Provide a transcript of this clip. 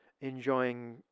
enjoying